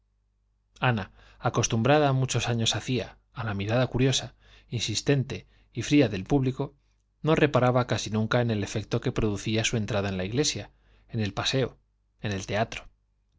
ana acostumbrada muchos años hacía a la mirada curiosa insistente y fría del público no reparaba casi nunca en el efecto que producía su entrada en la iglesia en el paseo en el teatro